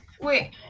Wait